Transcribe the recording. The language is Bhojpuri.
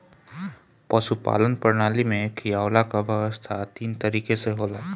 पशुपालन प्रणाली में खियवला कअ व्यवस्था तीन तरीके से होला